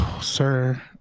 Sir